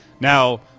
Now